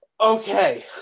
Okay